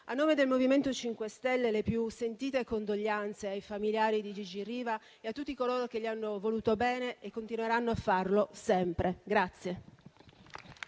A nome del MoVimento 5 Stelle, le più sentite condoglianze ai familiari di Gigi Riva e a tutti coloro che gli hanno voluto bene e che continueranno a farlo sempre.